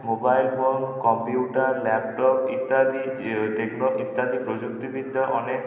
mobile phone computer laptop ইত্যাদি যে ইত্যাদি প্রযুক্তিবিদ্যা অনেক